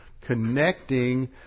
connecting